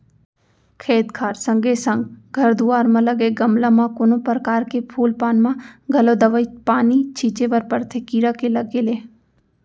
खेत खार संगे संग घर दुवार म लगे गमला म कोनो परकार के फूल पान म घलौ दवई पानी छींचे बर परथे कीरा के लगे ले